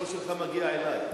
הקול שלך מגיע אלי.